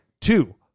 two